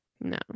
no